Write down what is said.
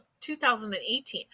2018